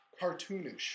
cartoonish